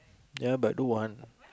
ya but I don't want